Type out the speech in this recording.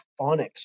phonics